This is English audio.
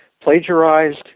plagiarized